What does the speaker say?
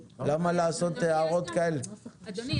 אדוני,